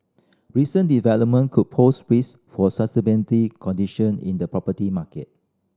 recent development could pose risk for sustainable condition in the property market